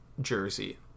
jersey